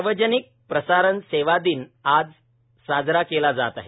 सार्वजनिक प्रसारण सेवा दिन आज साजरा केला जात आहे